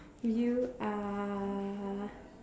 you are